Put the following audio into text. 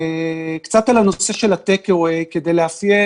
קצת על הנושא של הטייק-אווי כדי לאפיין